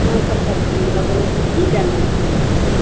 हँ चप्पल दोकान बला बोलै छी की लेना यऽ